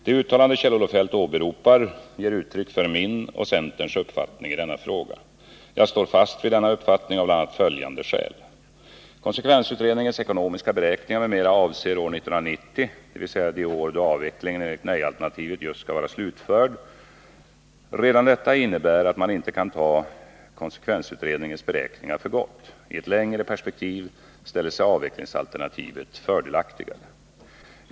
Det uttalande Kjell-Olof Feldt åberopar ger uttryck för min och centerns uppfattning i denna fråga. Jag står fast vid denna uppfattning av bl.a. följande skäl. Konsekvensutredningens ekonomiska beräkningar m.m. avser år 1990, dvs. det år då avvecklingen enligt nej-alternativet just skall vara slutförd. Redan detta innebär att man inte kan ta konsekvensutredningens beräkningar för gott. I ett längre perspektiv ställer sig avvecklingsalternativet fördelaktigare.